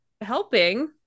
helping